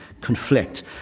conflict